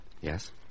Yes